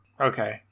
Okay